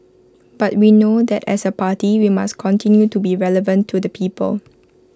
but we know that as A party we must continue to be relevant to the people